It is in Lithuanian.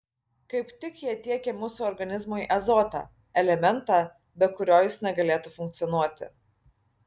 kaip tik jie tiekia mūsų organizmui azotą elementą be kurio jis negalėtų funkcionuoti